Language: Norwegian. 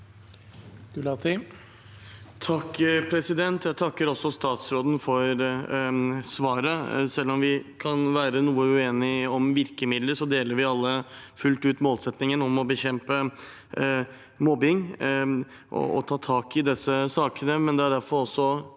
(FrP) Jeg takker stats- råden for svaret. Selv om vi kan være noe uenige om virkemidler, deler vi alle fullt ut målsettingen om å bekjempe mobbing og ta tak i disse sakene.